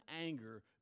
anger